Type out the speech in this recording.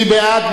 מי בעד?